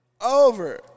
Over